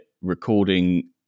recording